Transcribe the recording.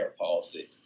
policy